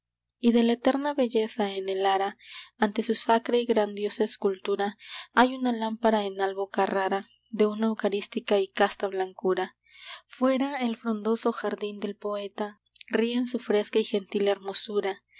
y de la eterna belleza en el ara ante su sacra y grandiosa escultura hay una lámpara en albo carrara de una eucarística y casta blancura fuera el frondoso jardín del poeta ríe en su fresca y gentil hermosura